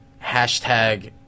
hashtag